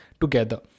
together